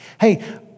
Hey